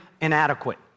inadequate